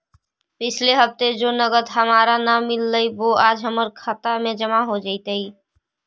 पिछले हफ्ते जो नकद हमारा न मिललइ वो आज हमर खता में जमा हो जतई